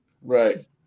Right